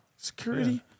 Security